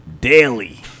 daily